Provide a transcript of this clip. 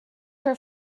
her